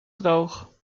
droog